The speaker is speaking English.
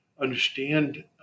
understand